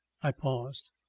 i paused.